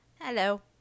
Hello